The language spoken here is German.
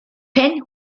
pen